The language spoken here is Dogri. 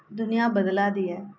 दूनियां बदला दी ऐ